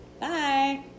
Bye